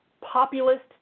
populist